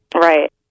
right